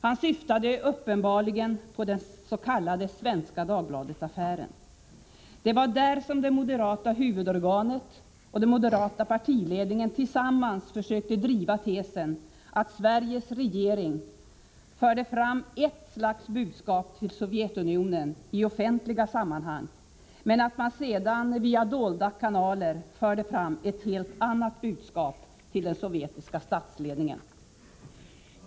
Han syftade uppenbarligen på den s.k. Svenska Dagbladet-affären. Det var där som det moderata huvudorganet och den moderata partiledningen tillsammans försökte driva 7 tesen att Sveriges regering förde fram ert slags budskap till Sovjetunionen i offentliga sammanhang, men att man sedan via dolda kanaler förde fram ett helt annat budskap till den sovjetiska statsledningen.